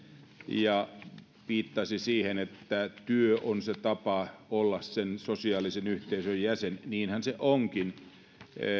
ja viittasi siihen että työ on se tapa olla sen sosiaalisen yhteisön jäsen niinhän se onkin